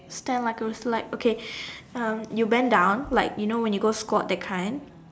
stand like a roaster like okay um you bend down like you know when you go squat that kind